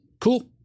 Cool